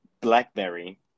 BlackBerry